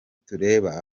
tureba